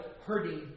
hurting